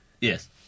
Yes